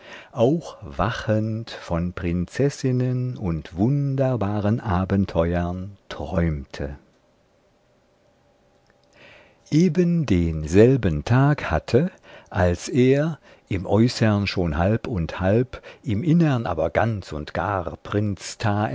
auch wachend von prinzessinnen und wunderbaren abenteuern träumte eben denselben tag hatte als er im äußern schon halb und halb im innern aber ganz und gar prinz